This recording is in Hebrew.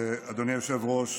אדוני היושב-ראש,